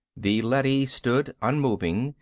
the leady stood unmoving,